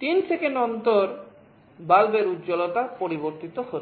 3 second অন্তর বাল্বের উজ্জ্বলতা পরিবর্তিত হচ্ছে